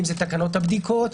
תקנות הבדיקות,